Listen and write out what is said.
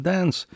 Dance